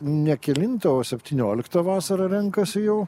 ne kelintą o septynioliktą vasarą renkasi jau